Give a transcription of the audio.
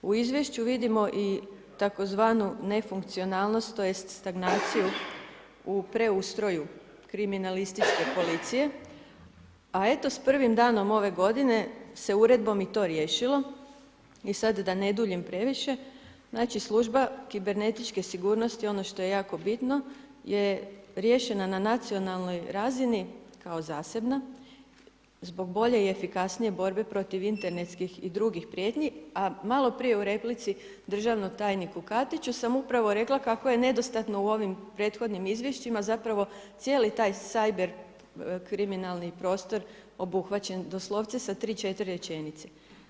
U izvješću vidimo i tzv. nefunkcionalnost tj. stagnaciju u preustroju kriminalističke policije a eto s prvim danom ove godine se uredbom i to riješilo i sad da ne duljim previše, znači služba kibernetičke sigurnosti, ono što je jako bitno je riješena na nacionalnoj razini kao zasebna zbog bolje i efikasnije borbe protiv internetskih i drugih prijetnji a maloprije u replici državnom tajniku Katiću sam upravo rekla kako je nedostatno u ovim prethodnim izvješćima zapravo cijeli taj cyber kriminalni prostor obuhvaćen doslovce sa tri, četiri rečenice.